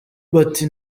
bati